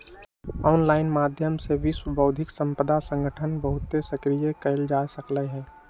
online माध्यम से विश्व बौद्धिक संपदा संगठन बहुते सक्रिय कएल जा सकलई ह